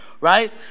Right